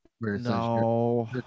No